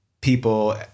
people